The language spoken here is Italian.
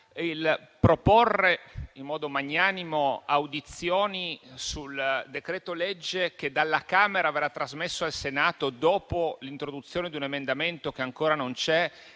Proporre in modo magnanimo audizioni sul decreto-legge che dalla Camera verrà trasmesso al Senato, dopo l'introduzione di un emendamento che ancora non c'è